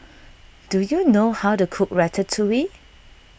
do you know how to cook Ratatouille